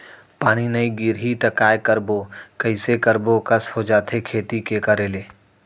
पानी नई गिरही त काय करबो, कइसे करबो कस हो जाथे खेती के करे ले